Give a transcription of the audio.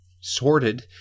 sorted